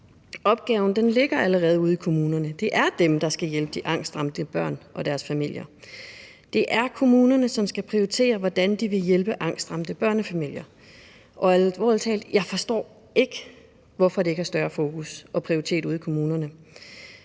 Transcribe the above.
Opgaven ligger allerede ude i kommunerne. Det er dem, der skal hjælpe de angstramte børn og deres familier. Det er kommunerne, som skal prioritere, hvordan de vil hjælpe angstramte børnefamilier. Og alvorlig talt, jeg forstår ikke, hvorfor det ikke har større fokus og prioritet ude i kommunerne.